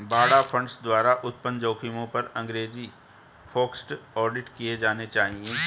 बाड़ा फंड्स द्वारा उत्पन्न जोखिमों पर अंग्रेजी फोकस्ड ऑडिट किए जाने चाहिए